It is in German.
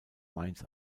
mainz